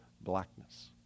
blackness